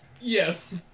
Yes